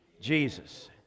Jesus